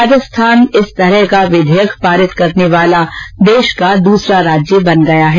राजस्थान इस तरह का विधेयक पारित करने वाला देश का दूसरा राज्य बन गया है